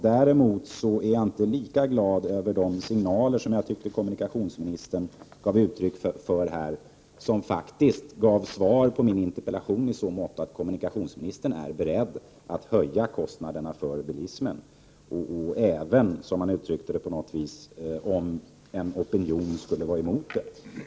Jag är inte lika glad över de signaler som jag tyckte kommunikationsministern här gav och som faktiskt utgjorde ett svar på min interpellation i så motto att de visade att kommunikationsministern är beredd att höja kostnaderna för bilismen, och det även, som han uttryckte det, om en opinion skulle vara emot det.